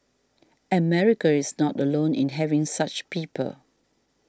America is not alone in having such people